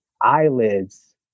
eyelids